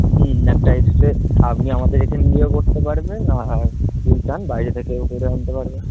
হুম একটা X ray আপনি আমাদের এখানে দিয়েও করতে পারবেন আর ই চান বাইরে থেকেও করে আনতে পারবেন